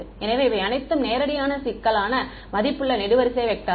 எனவே இவை அனைத்தும் நேரடியான சிக்கலான மதிப்புள்ள நெடுவரிசை வெக்டர்கள்